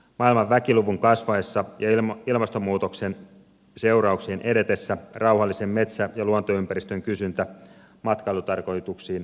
maailman väkiluvun kasvaessa ja ilmastonmuutoksen seurauksien edetessä rauhallisen metsä ja luontoympäristön kysyntä matkailutarkoituksiin kasvaa